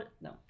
No